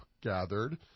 gathered